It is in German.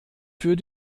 für